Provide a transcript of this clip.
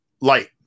light